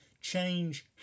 Change